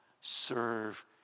serve